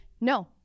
No